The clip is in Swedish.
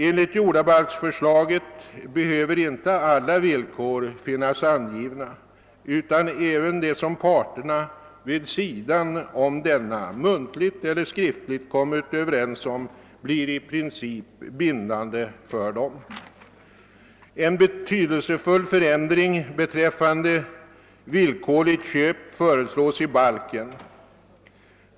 Enligt jordabalksförslaget behöver inte alla villkor finnas angivna, utan även det som parterna vid sidan om muntligt eller skriftligt kommit överens om blir i princip bindande för dem. En betydelsefull förändring beträffande villkoren vid köp föreslås i balken.